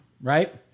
right